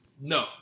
No